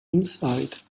insight